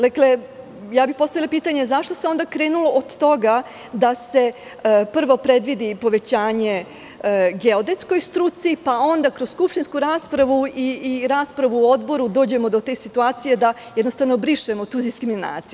Dakle, postavila bih pitanje – zašto se onda krenulo od toga da se prvo predvidi povećanje geodetskoj struci, pa onda kroz skupštinsku raspravu i raspravu na odboru dođemo do te situacije da jednostavno brišemo tu diskriminaciju?